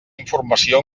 informació